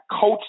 coach